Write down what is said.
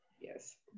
yes